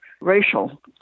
racial